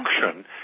function